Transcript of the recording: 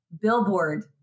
billboard